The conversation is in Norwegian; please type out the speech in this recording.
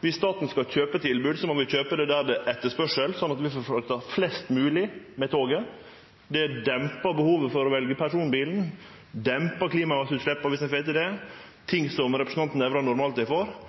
Dersom staten skal kjøpe tilbod, må vi kjøpe det der det er etterspørsel, sånn at vi får frakta flest mogleg med toget. Det dempar behovet for å velje personbilen,